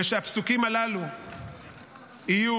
ושהפסוקים הללו יהיו